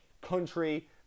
country